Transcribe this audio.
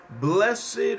blessed